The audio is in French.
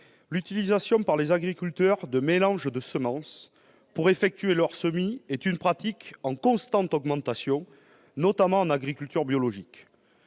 L'utilisation par les agriculteurs de mélanges de semences pour effectuer leurs semis est une pratique en constante augmentation, notamment en agriculture biologique.